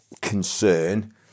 concern